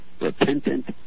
repentant